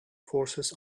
forces